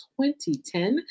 2010